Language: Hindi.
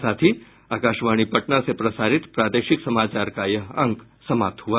इसके साथ ही आकाशवाणी पटना से प्रसारित प्रादेशिक समाचार का ये अंक समाप्त हुआ